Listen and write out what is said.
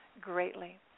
greatly